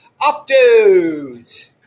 optos